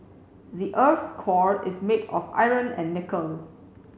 the earth's core is made of iron and nickel